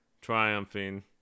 triumphing